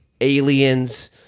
aliens